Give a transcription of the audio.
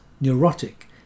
neurotic